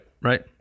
right